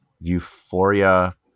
Euphoria